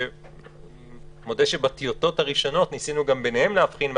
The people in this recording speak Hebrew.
שאני מודה שבטיוטות הראשונות ניסינו גם ביניהם להבחין,